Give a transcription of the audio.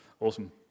Awesome